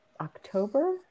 October